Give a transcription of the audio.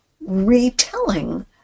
retelling